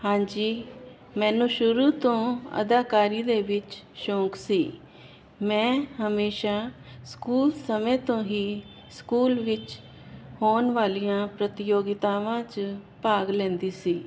ਹਾਂਜੀ ਮੈਨੂੰ ਸ਼ੁਰੂ ਤੋਂ ਅਦਾਕਾਰੀ ਦੇ ਵਿੱਚ ਸ਼ੌਂਕ ਸੀ ਮੈਂ ਹਮੇਸ਼ਾ ਸਕੂਲ ਸਮੇਂ ਤੋਂ ਹੀ ਸਕੂਲ ਵਿੱਚ ਹੋਣ ਵਾਲੀਆਂ ਪ੍ਰਤੀਯੋਗਿਤਾਵਾਂ ਚ ਭਾਗ ਲੈਂਦੀ ਸੀ